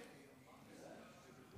אני מקווה